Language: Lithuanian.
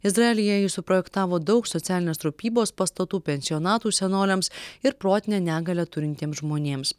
izraelyje jis suprojektavo daug socialinės rūpybos pastatų pensionatų senoliams ir protinę negalią turintiems žmonėms